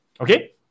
okay